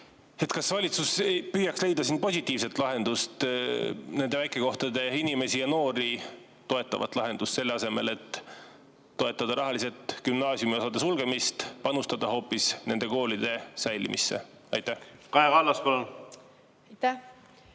Kas valitsus püüaks leida siin positiivset lahendust, nende väikekohtade noori toetavat lahendust – selle asemel, et toetada rahaliselt gümnaasiumiosa sulgemist, panustada hoopis nende koolide säilimisse? Kaja Kallas, palun!